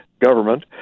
government